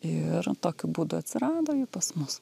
ir tokiu būdu atsirado ji pas mus